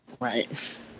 Right